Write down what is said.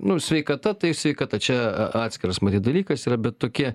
nu sveikata tai sveikata čia atskiras matyt dalykas yra bet tokie